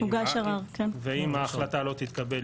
ואם ההחלטה לא תתקבל,